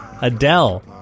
Adele